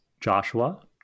joshua